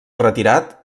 retirat